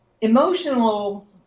emotional